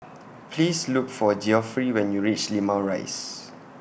Please Look For Geoffrey when YOU REACH Limau Rise